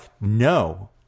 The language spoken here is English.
no